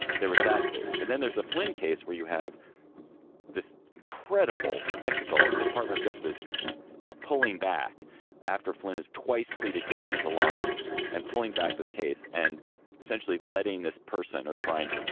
there was that case and then there's a flynn case where you have this incredible spectacle of the department of justice ah pulling back after flynn is twice pleaded guilty to lying and pulling back this case and essentially letting this person are trying to. and